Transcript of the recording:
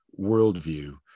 worldview